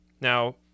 now